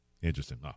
Interesting